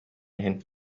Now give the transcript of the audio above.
иһин